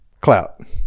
clout